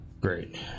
Great